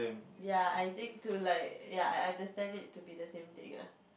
ya I think to like ya I understand it to be the same thing ah